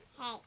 hey